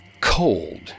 Cold